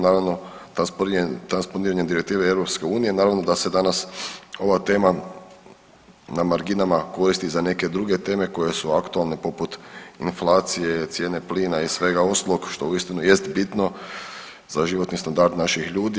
Naravno transponiranjem direktive EU, naravno da se danas ova tema na marginama koristi za neke druge teme koje su aktualne poput inflacije, cijene plina i svega ostalog što uistinu jest bitno za životni standard naših ljudi.